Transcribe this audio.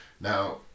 now